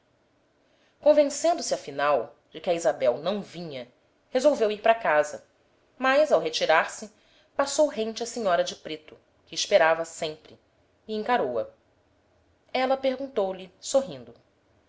convencendo-se afinal de que a isabel não vinha resolveu ir para a casa mas ao retirar-se passou rente à senhora de preto que esperava sempre e encarou-a ela perguntou-lhe sorrindo